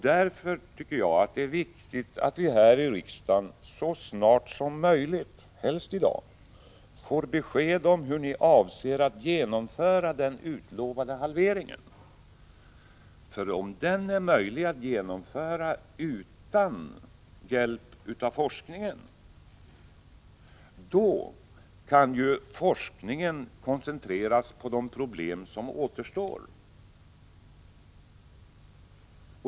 Därför är det viktigt att vi här i riksdagen så snart som möjligt — helst i dag — får besked om hur ni avser att genomföra den utlovade halveringen. Om den är möjlig att genomföra utan hjälp av forskningen, då kan ju forskningen koncentreras på de problem som återstår.